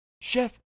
Chef